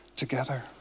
Together